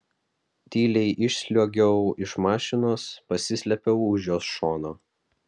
tyliai išsliuogiau iš mašinos pasislėpiau už jos šono